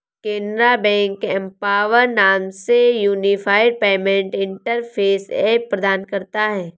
Canara bank empower नाम से unified payment interface app प्रदान करता हैं